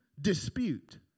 dispute